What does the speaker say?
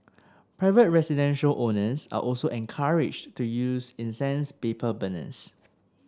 private residential owners are also encouraged to use incense paper burners